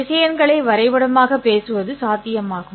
திசையன்களை வரைபடமாகப் பேசுவது சாத்தியமாகும்